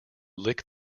lick